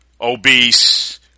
obese